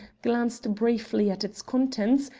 glanced briefly at its contents,